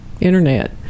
Internet